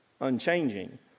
unchanging